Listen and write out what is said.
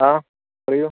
ആ പറയൂ